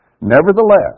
Nevertheless